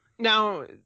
Now